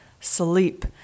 sleep